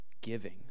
giving